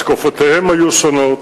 השקפותיהם היו שונות,